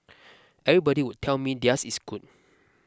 everybody would tell me theirs is good